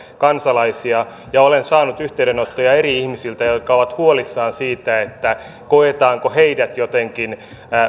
kansalaisia ja olen saanut yhteydenottoja eri ihmisiltä jotka ovat huolissaan siitä koetaanko heidät jotenkin